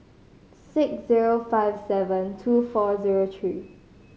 six zero five seven two four zero three